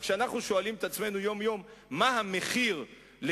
או כשאנחנו שואלים את עצמנו יום-יום מה המחיר של